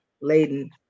laden